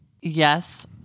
Yes